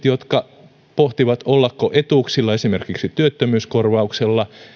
jotka pohtivat ollako etuuksilla esimerkiksi työttömyyskorvauksella